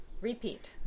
repeat